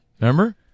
Remember